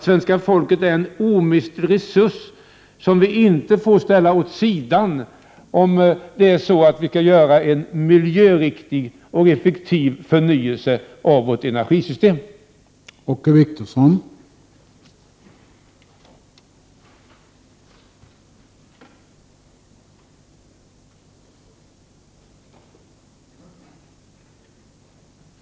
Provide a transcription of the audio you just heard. Svenska folket är en omistlig resurs, som man inte får ställa åt sidan, om det skall ske en miljöriktig och Prot. 1988/89:119 effektiv förnyelse av energisystemet. 23 maj 1989